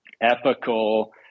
ethical